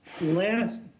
last